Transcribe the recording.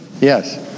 Yes